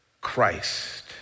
Christ